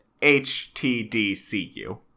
HTDCU